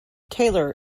taylor